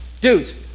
Dudes